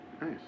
nice